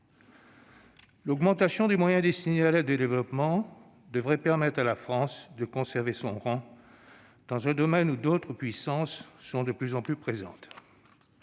L'augmentation des moyens destinés à l'aide au développement devrait permettre à la France de conserver son rang, dans un domaine où d'autres puissances sont de plus en plus présentes.